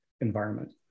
environment